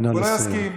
הוא לא יסכים.